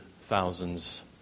thousands